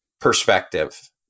perspective